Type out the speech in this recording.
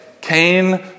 Cain